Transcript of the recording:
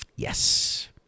Yes